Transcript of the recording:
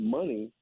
money